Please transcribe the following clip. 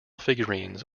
figurines